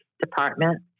department